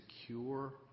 secure